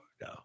No